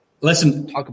Listen